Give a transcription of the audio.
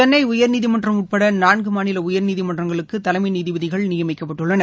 சென்னை உயர்நீதிமன்றம் உட்பட நான்கு மாநில உயர்நீதிமன்றங்களுக்கு தலைமை நீதிபதிகள் நியமிக்கப்பட்டுள்ளனர்